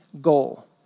goal